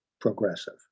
progressive